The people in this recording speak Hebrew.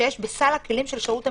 שיש בסל הכלים של שירות המדינה,